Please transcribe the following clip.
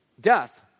death